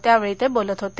त्यावेळी ते बोलत होते